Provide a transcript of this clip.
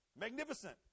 Magnificent